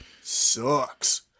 sucks